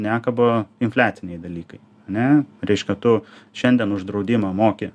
nekabo infliaciniai dalykai ane reiškia tu šiandien už draudimą moki